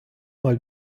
mal